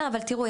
תראו,